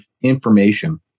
information